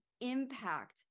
impact